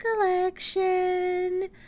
collection